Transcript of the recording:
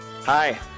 Hi